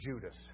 Judas